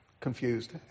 confused